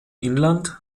inland